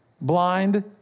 blind